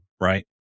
right